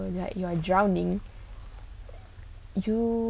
so you like you're drowning you